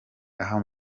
aho